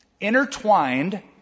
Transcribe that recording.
intertwined